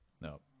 no